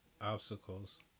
obstacles